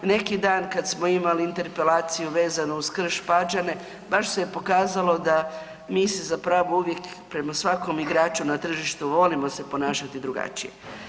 Neki dan kada smo imali interpelaciju vezano uz Krš-Pađene baš se je pokazalo da mi se zapravo uvijek prema svakom igraču na tržištu volimo se ponašati drugačije.